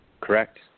Correct